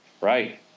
right